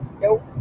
Nope